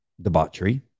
debauchery